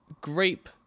grape